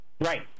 Right